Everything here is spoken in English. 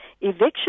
eviction